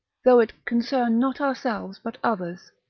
though it concern not ourselves but others.